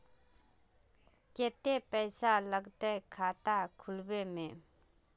केते पैसा लगते खाता खुलबे में?